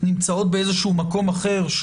נמצאות במקום אחר,